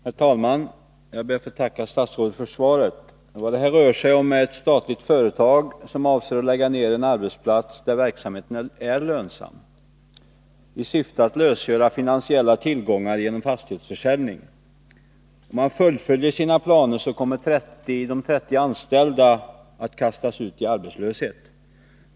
Herr talman! Jag ber att få tacka statsrådet för svaret. Det rör sig här om ett statligt företag som, i syfte att lösgöra finansiella tillgångar genom fastighetsförsäljning, avser att lägga ned en arbetsplats där verksamheten är lönsam. Om företaget fullföljer sina planer kommer de 30 anställda att kastas ut i arbetslöshet.